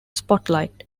spotlight